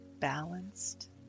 Balanced